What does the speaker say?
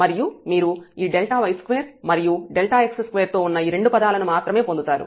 మరియు మీరు ఈ Δy2మరియు Δx2 తో ఉన్న ఈ రెండు పదాలను మాత్రమే పొందుతారు